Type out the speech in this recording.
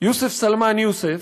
יוסף סלמן יוסף,